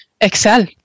Excel